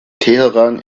teheran